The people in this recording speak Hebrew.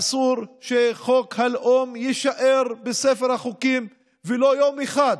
אסור שחוק הלאום יישאר בספר החוקים ולו יום אחד,